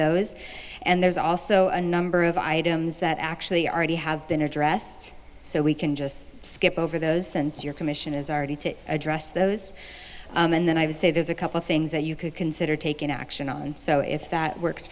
those and there's also a number of items that actually aready have been addressed so we can just skip over those your commission is already to address those and then i would say there's a couple things that you could consider taking action and so if that works